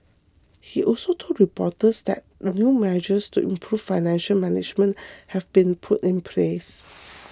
he also told reporters that new measures to improve financial management have been put in place